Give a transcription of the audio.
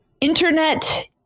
internet